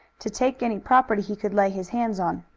to take any property he could lay his hands on.